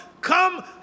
come